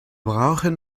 brauchen